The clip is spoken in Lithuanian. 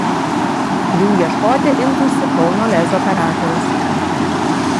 jų ieškoti imtųsi kauno lez operatorius